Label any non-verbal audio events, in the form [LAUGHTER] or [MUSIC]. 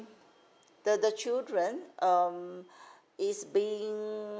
the the children um [BREATH] is being